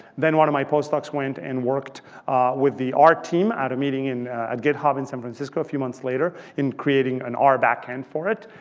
then, one of my postdocs went and worked with the art team at a meeting at github in san francisco a few months later in creating an r backend for it.